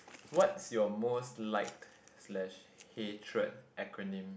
what's your most liked slash hated acronym